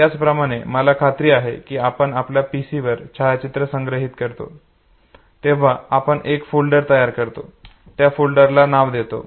त्याचप्रमाणे मला खात्री आहे की आपण आपल्या पीसी वर छायाचित्रे संग्रहित करतो तेव्हा आपण एक फोल्डर तयार करतो आणि त्या फोल्डरला नाव देतो